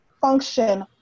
function